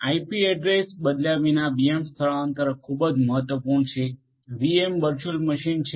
IP address બદલ્યા વિના VM સ્થળાંતર ખૂબ જ મહત્વપૂર્ણ છે વીએમ વર્ચુઅલ મશીન છે